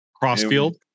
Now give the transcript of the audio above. crossfield